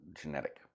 genetic